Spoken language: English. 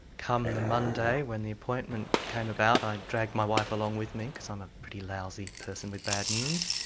come the monday when the appointment came about i dragged my wife along with me, because i'm a pretty lousy person with bad news.